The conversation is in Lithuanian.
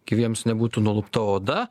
gyviems nebūtų nulupta oda